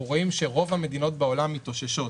אנחנו רואים שרוב המדינות בעולם מתאוששות.